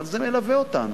אבל זה מלווה אותנו,